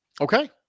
Okay